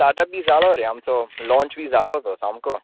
start app बी जालो रे आमचो लॉन्च बी जालो तो सामको